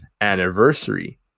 anniversary